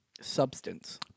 Substance